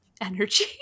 energy